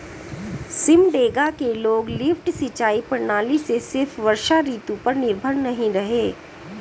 सिमडेगा के लोग लिफ्ट सिंचाई प्रणाली से सिर्फ वर्षा ऋतु पर निर्भर नहीं रहे